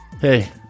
hey